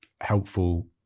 helpful